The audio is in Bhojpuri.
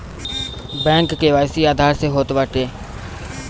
बैंक के.वाई.सी आधार से होत बाटे